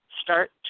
start